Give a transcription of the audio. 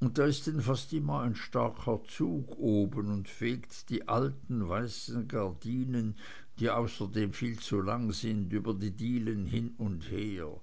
und da ist denn fast immer ein starker zug oben und fegt die alten weißen gardinen die außerdem viel zu lang sind über die dielen hin und her